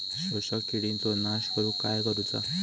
शोषक किडींचो नाश करूक काय करुचा?